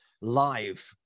live